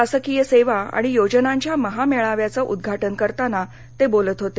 शासकीय सेवा आणि योजनांच्या महामेळाव्याचं उद्घाटन करताना ते बोलत होते